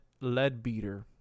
Leadbeater